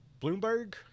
Bloomberg